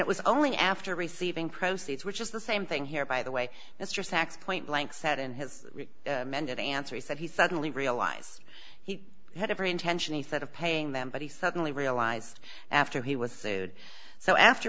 it was only after receiving proceeds which is the same thing here by the way mr sacks point blank said in his mended answer he said he suddenly realize he had every intention he said of paying them but he suddenly realized after he was sued so after